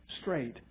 straight